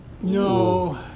No